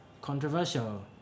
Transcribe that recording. Controversial